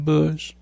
Bush